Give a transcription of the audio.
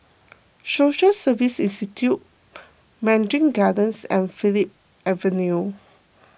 Social Service Institute Mandarin Gardens and Phillips Avenue